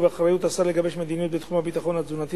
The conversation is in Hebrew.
ובאחריות השר לגבש מדיניות בתחום הביטחון התזונתי